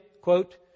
quote